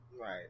Right